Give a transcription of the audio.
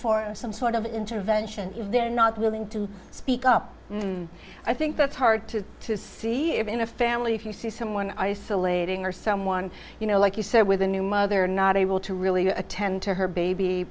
for some sort of intervention if they're not willing to speak up i think that's hard to see even in a family if you see someone isolating or someone you know like you said with a new mother not able to really attend to her baby